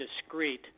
discrete